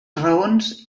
raons